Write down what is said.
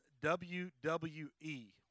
WWE